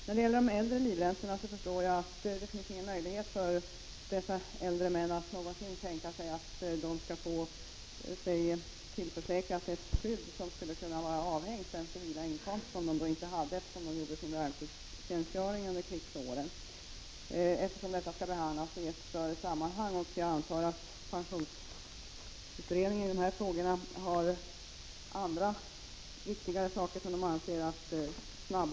När det gäller de äldre livräntorna förstår jag att det inte finns någon möjlighet för dessa äldre män att någonsin få sig tillförsäkrade ett skydd, avhängigt av den civila inkomst som de tidigare hade, eftersom de gjorde sin värnpliktstjänstgöring under krigsåren. Detta skall behandlas i ett större sammanhang. Jag antar att pensionsutredningen på detta område också har andra och viktigare frågor som snabbare måste lösas.